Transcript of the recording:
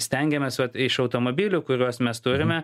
stengiamės vat iš automobilių kuriuos mes turime